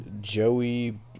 Joey